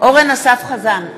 אורן אסף חזן,